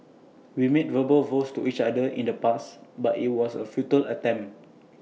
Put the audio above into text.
we made verbal vows to each other in the past but IT was A futile attempt